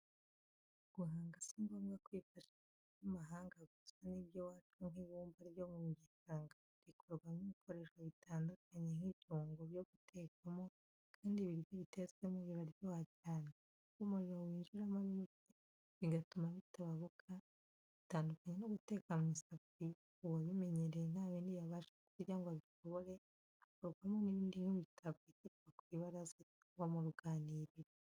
Guhanga si ngombwa kwifashisha iby'imahanga gusa n'iby'iwacu nk'ibumba ryo mu gishanga rikorwamo ibikoresho bitandukanye, nk'ibyungo byo gutekamo, kandi ibiryo bitetswemo biraryoha cyane, kuko umuriro wijiramo ari muke bigatuma bitababuka, bitandukanye no guteka mu isafuriya, uwabimenyereye nta bindi yabasha kurya ngo abishobore, hakorwamo n'ibindi nk'imitako ishyirwa ku ibaraza cyangwa mu ruganiriro.